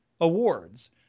awards